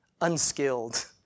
unskilled